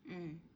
mm